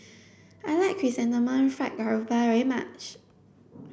I like chrysanthemum fried Garoupa very much